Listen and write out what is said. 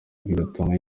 bigatuma